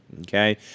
okay